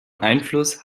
einfluss